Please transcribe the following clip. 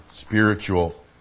spiritual